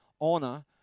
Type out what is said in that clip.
honor